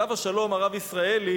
עליו השלום הרב ישראלי,